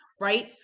right